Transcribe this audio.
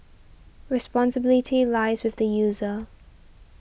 responsibility lies with the user